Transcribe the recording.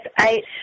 eight